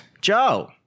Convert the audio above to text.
Joe